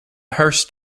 hearst